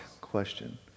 question